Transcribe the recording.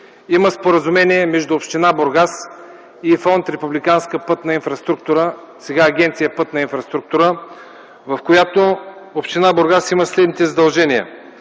Има споразумение между община Бургас и Фонд „Републиканска пътна инфраструктура”, сега – Агенция „Пътна инфраструктура”, в което община Бургас има следните задължения: